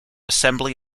assembly